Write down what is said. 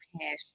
passion